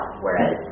Whereas